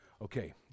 Okay